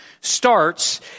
starts